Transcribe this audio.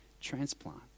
transplant